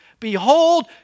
Behold